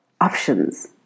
options